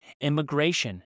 immigration